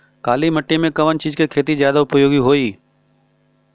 काली माटी में कवन चीज़ के खेती ज्यादा उपयोगी होयी?